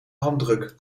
handdruk